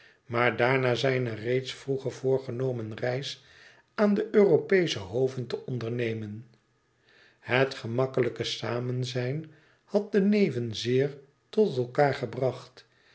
maar daarna zijne reeds vroeger voorgenomen reis aan de europeesche hoven te ondernemen het gemakkelijke samenzijn had de neven zeer tot elkaâr gebracht